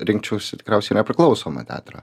rinkčiausi tikriausiai nepriklausomą teatrą